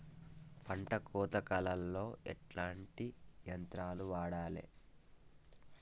పంట కోత కాలాల్లో ఎట్లాంటి యంత్రాలు వాడాలే?